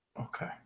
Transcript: Okay